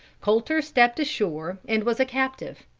colter stepped ashore and was a captive.